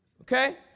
okay